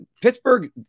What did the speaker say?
Pittsburgh